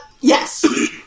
Yes